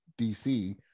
DC